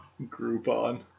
Groupon